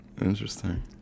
Interesting